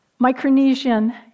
Micronesian